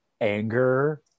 anger